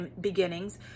beginnings